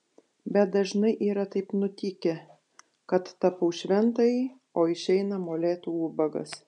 bet dažnai yra taip nutikę kad tapau šventąjį o išeina molėtų ubagas